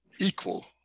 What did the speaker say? equal